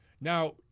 Now